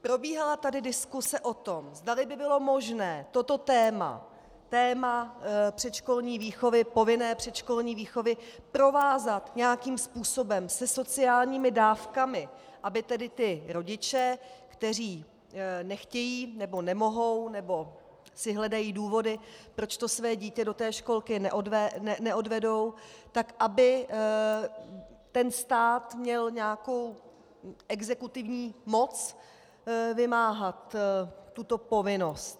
Probíhala tady diskuse o tom, zdali by bylo možné toto téma, téma předškolní výchovy, povinné předškolní výchovy provázat nějakým způsobem se sociálními dávkami, aby tedy ti rodiče, kteří nechtějí, nebo nemohou, nebo si hledají důvody, proč to své dítě do školky neodvedou, tak aby stát měl nějakou exekutivní moc vymáhat tuto povinnost.